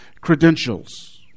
credentials